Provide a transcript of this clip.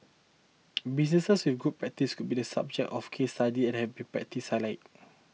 businesses with good practice could be the subject of case study and have be practice highlighted